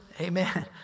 Amen